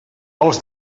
els